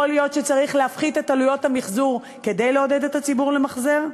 יכול להיות שצריך להפחית את עלויות המחזור כדי לעודד את הציבור למחזר,